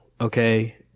okay